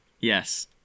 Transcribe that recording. yes